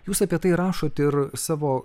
jūs apie tai rašot ir savo